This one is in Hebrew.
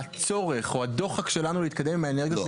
הצורך או הדוחק שלנו להתקדם עם האנרגיות המתחדשות --- לא,